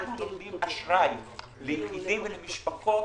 אנחנו נותנים אשראי ליחידים ולמשפחות,